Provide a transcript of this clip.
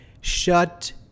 shut